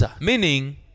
Meaning